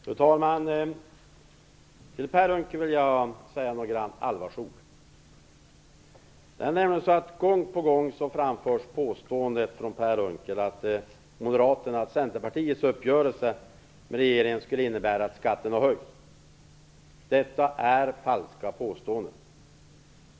Fru talman! Till Per Unckel vill jag säga några allvarsord. Gång på gång framförs från Per Unckel påståendet att Centerpartiets uppgörelse med regeringen skulle innebära att skatten har höjts. Detta är ett falskt påstående.